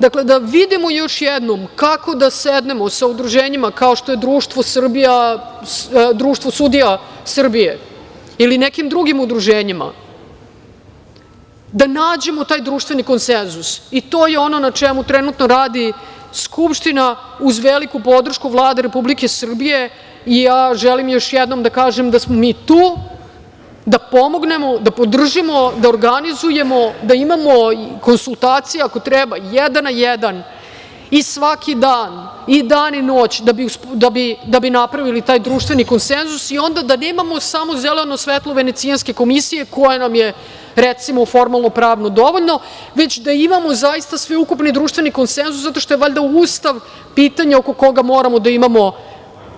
Dakle, da vidimo još jednom, kako da sednemo sa udruženjima kao što je Društvo sudija Srbije, ili nekim drugim udruženjima, da nađemo taj društveni konsenzus i to je ono na čemu trenutno radi Skupština uz veliku podršku Vlade Republike Srbije, i ja želim još jednom da kažem da smo mi tu da pomognemo i da podržimo, da organizujemo i da imamo konsultacije ako treba jedan na jedan, i svaki dan, i dan i noć, da bi napravili taj društveni konsenzus, i onda da nemamo samo zeleno svetlo Venecijanske komisije, koja nam je recimo formalno pravno dovoljno, već da imamo sveukupni društveni konsenzus, zato što je valjda Ustav pitanje oko koga moramo da imamo